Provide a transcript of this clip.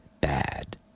bad